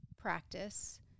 practice